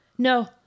no